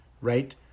right